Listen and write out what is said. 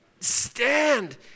stand